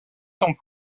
sont